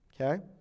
Okay